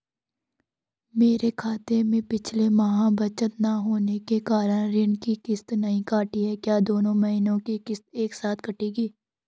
मेरे खाते में पिछले माह बचत न होने के कारण ऋण की किश्त नहीं कटी है क्या दोनों महीने की किश्त एक साथ कटेगी?